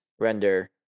render